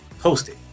hosted